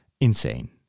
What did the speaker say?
Insane